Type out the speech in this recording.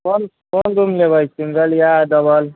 कोन कोन रूम लेबै सिङ्गल या डबल